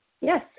Yes